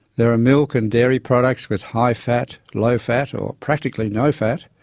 there are milk and dairy products with high fat, low fat or practically no fat.